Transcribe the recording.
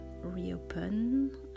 reopen